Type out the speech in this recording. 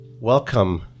Welcome